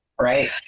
right